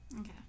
Okay